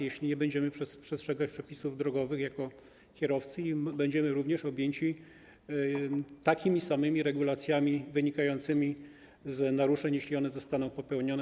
Jeśli nie będziemy przestrzegać przepisów drogowych jako kierowcy, będziemy również objęci takimi samymi regulacjami wynikającymi z naruszeń, jeśli one zostaną popełnione.